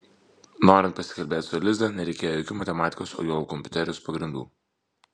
norint pasikalbėti su eliza nereikėjo jokių matematikos o juolab kompiuterijos pagrindų